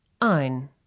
ein